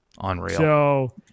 Unreal